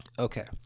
okay